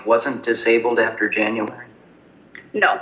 wasn't disabled after january